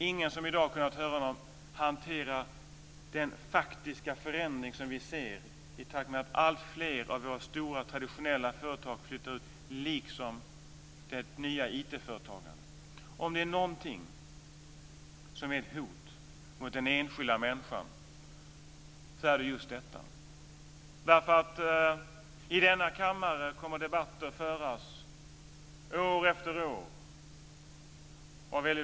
Ingen har kunnat höra honom hantera den faktiska förändring som vi ser i takt med att alltfler av våra stora traditionella företag flyttar ut, liksom det nya IT-företagandet. Om det är någonting som är ett hot mot den enskilda människan är det just detta. I denna kammare kommer debatter att föras år efter år.